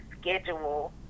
schedule